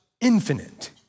infinite